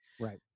Right